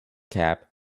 cap